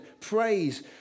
praise